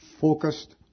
focused